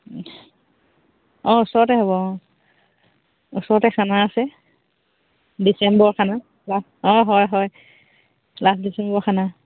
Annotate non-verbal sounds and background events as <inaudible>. অঁ ওচৰতে হ'ব অঁ ওচৰতে খানা আছে ডিচেম্বৰৰ খানা <unintelligible> অঁ হয় হয় লাষ্ট ডিচেম্বৰ খানা